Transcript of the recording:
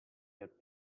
yet